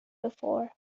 before